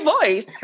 voice